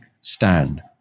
stand